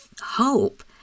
hope